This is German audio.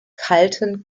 kalten